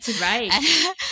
right